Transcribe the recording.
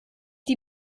die